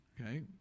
Okay